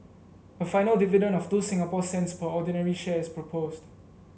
a final dividend of two Singapore cents per ordinary share is proposed